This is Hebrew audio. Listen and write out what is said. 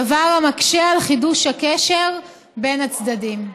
דבר המקשה על חידוש הקשר בין הצדדים.